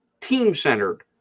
team-centered